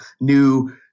new